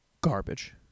Garbage